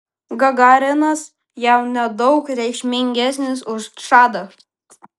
gagarinas jam nedaug reikšmingesnis už čadą